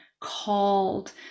called